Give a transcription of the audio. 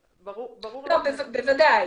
בוודאי.